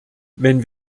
wenn